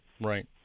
right